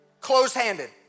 close-handed